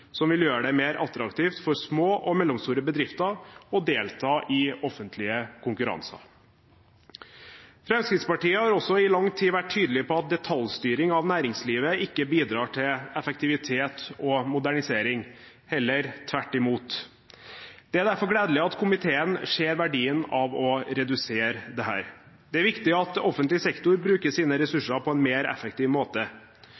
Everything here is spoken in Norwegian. som vil gjøre det mer attraktivt for små og mellomstore bedrifter å delta i offentlige konkurranser. Fremskrittspartiet har også i lang tid vært tydelig på at detaljstyring av næringslivet ikke bidrar til effektivitet og modernisering, heller tvert imot. Det er derfor gledelig at komiteen ser verdien av å redusere dette. Det er viktig at offentlig sektor bruker sine